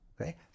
Okay